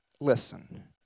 listen